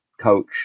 coach